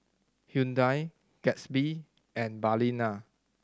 Hyundai Gatsby and Balina